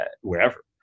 wherever